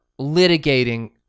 litigating